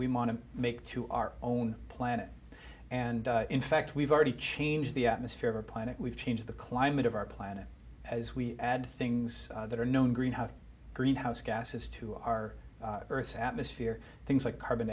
we want to make to our own planet and in fact we've already changed the atmosphere of our planet we've changed the climate of our planet as we add things that are known greenhouse greenhouse gases to our earth's atmosphere things like carbon